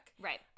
Right